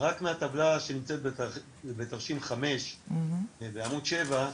רק מהטבלה שנמצאת בתרשים 5 בעמוד 7,